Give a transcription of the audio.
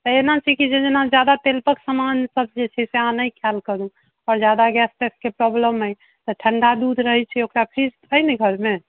तऽ एना छै कि जे जेना जादा तेल पक समान सभ जे छै अहाँ नहि खायल करू आओर जादा गैस तैस के प्रॉब्लेम अय तऽ ठण्डा दूध रहै छै ओकरा फ्रीज अय ने घरमे